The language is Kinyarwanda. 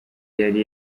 yari